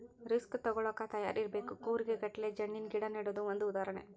risk ತುಗೋಳಾಕ ತಯಾರ ಇರಬೇಕ, ಕೂರಿಗೆ ಗಟ್ಲೆ ಜಣ್ಣಿನ ಗಿಡಾ ನೆಡುದು ಒಂದ ಉದಾಹರಣೆ